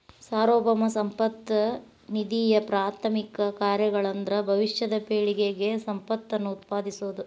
ಸಾರ್ವಭೌಮ ಸಂಪತ್ತ ನಿಧಿಯಪ್ರಾಥಮಿಕ ಕಾರ್ಯಗಳಂದ್ರ ಭವಿಷ್ಯದ ಪೇಳಿಗೆಗೆ ಸಂಪತ್ತನ್ನ ಉತ್ಪಾದಿಸೋದ